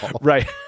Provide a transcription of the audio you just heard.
Right